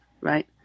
right